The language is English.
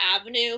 avenue